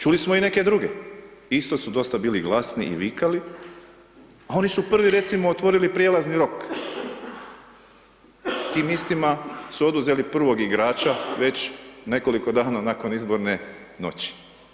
Čuli smo i neke druge, isto su dosta bili glasni i vikali, a oni su prvi recimo otvorili prijelazni rok, tim istima su oduzeli prvog igrača već nekoliko dana nakon izborne noći.